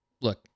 look